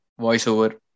voiceover